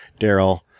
Daryl